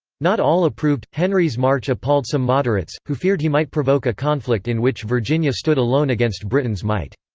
not all approved henry's march appalled some moderates, who feared he might provoke a conflict in which virginia stood alone against britain's might.